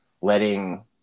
letting